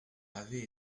avait